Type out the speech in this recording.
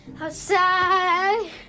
outside